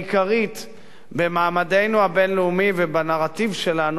במעמדנו הבין-לאומי ובנרטיב שלנו בכל מה שקשור